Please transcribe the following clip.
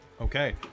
Okay